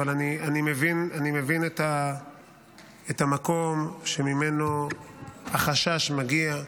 אבל אני מבין את המקום שממנו החשש מגיע.